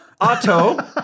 Otto